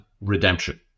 redemption